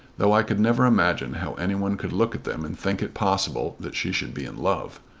though i could never imagine how any one could look at them and think it possible that she should be in love.